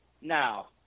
Now